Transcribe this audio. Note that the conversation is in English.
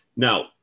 Now